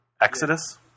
Exodus